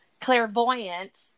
clairvoyance